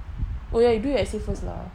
oh ya you do your essay first lah